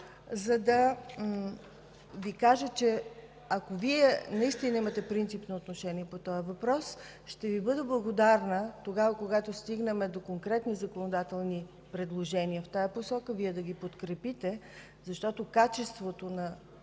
за да Ви кажа, че ако Вие наистина имате принципно отношение по този въпрос, ще Ви бъда благодарна тогава, когато стигнем до конкретни законодателни предложения в тази посока, да ги подкрепите, защото качеството на